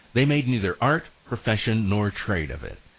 they made neither art, profession, nor trade of it,